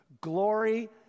Glory